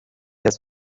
has